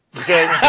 okay